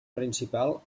principal